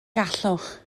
gallwch